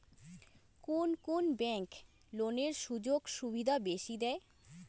কুন কুন ব্যাংক লোনের সুযোগ সুবিধা বেশি দেয়?